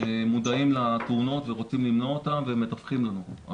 מודעים לתאונות ורוצים למנוע אותן ומדווחים לנו.